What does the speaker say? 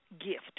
gift